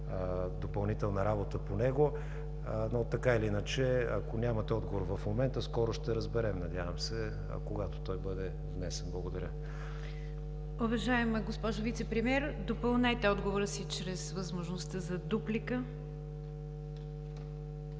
допълнителна работа по него? Така или иначе, ако нямате отговор в момента, скоро ще разберем. Надявам се, когато той бъде внесен. Благодаря. ПРЕДСЕДАТЕЛ НИГЯР ДЖАФЕР: Уважаема госпожо Вицепремиер, допълнете отговора си чрез възможността за дуплика.